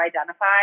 identify